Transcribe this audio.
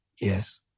Yes